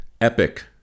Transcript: epic